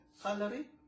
salary